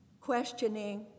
Questioning